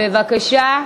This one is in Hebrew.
בבקשה.